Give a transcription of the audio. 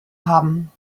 haben